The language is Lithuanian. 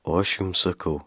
o aš jums sakau